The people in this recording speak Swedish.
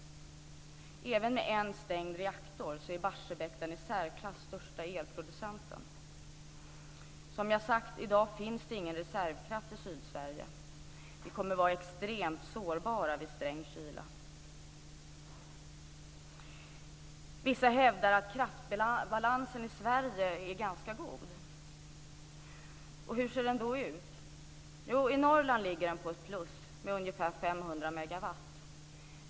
Även med en stängd reaktor är Barsebäck den i särklass största elproducenten. Som jag har sagt finns det ingen reservkraft i Sydsverige i dag. Vi kommer att vara extremt sårbara vid sträng kyla. Vissa hävdar att kraftbalansen i Sverige är ganska god. Hur ser den då ut? Jo, i Norrland ligger den på plus med ungefär 500 megawatt.